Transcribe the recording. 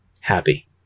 happy